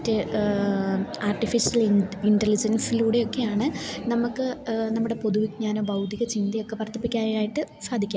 മറ്റ് ആർട്ടിഫിഷ്യല് ഇൻ്റലിജൻസിലൂടെയുമൊക്കെയാണ് നമുക്ക് നമ്മുടെ പൊതുവിജ്ഞാനവും ബൗതികചിന്തയുമൊക്കെ വർദ്ധിപ്പിക്കാനായിട്ട് സാധിക്കുക